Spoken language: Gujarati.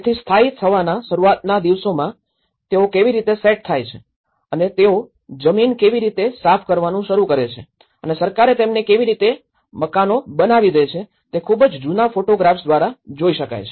તેથી સ્થાયી થવાના શરૂઆતના દિવસોમાં તેઓ કેવી રીતે સેટ થાય છે અને તેઓ જમીન કેવી રીતે સાફ કરવાનું શરૂ કરે છે અને સરકારે તેમને કેવી રીતે મકાનો બનાવી દે છે તે ખૂબ જ જૂના ફોટોગ્રાફ્સ દ્વારા જોઈ શકાય છે